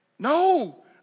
No